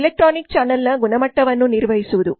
electronic ಚಾನಲ್ನ ಗುಣಮಟ್ಟವನ್ನು ನಿರ್ವಹಿಸುವುದು